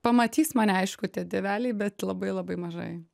pamatys mane aišku tie tėveliai bet labai labai mažai